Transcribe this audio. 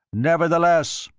nevertheless,